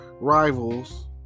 rivals